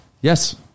Yes